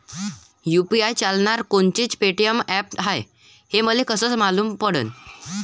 UPI चालणारं कोनचं payment app हाय, हे मले कस मालूम पडन?